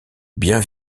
bien